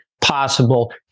possible